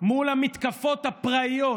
מול המתקפות הפראיות